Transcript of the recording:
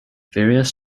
various